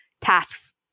tasks